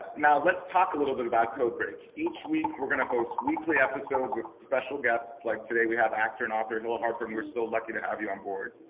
now let's talk a little bit about code break. each week we're going to host weekly episodes with special guests like today we have actor and author hill harper, and we're so lucky to have you on board.